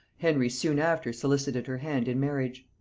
henry soon after solicited her hand in marriage.